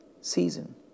season